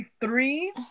three